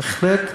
בהחלט,